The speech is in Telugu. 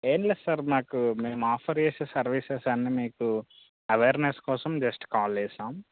ఏమి లేదు సార్ మాకు మేము ఆఫర్ చేసే సర్వీసెస్ అన్నీ మీకు అవేర్నెస్ కోసం జస్ట్ కాల్ చేసాం